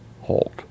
halt